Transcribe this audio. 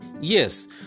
Yes